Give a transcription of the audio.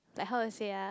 like how to say ah